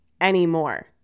anymore